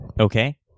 Okay